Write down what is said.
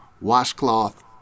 washcloth